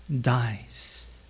dies